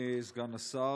אדוני סגן השר,